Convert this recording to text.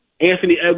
Anthony